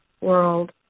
world